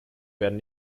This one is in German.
werden